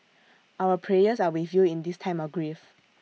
our prayers are with you in this time of grief